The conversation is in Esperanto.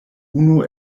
unu